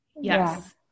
yes